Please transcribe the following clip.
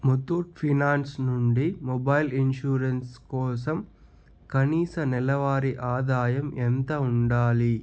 Muthoot finance నుండి mobile insurance కోసం కనీస నెలవారి ఆదాయం ఎంత ఉండాలి